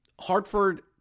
Hartford